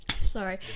Sorry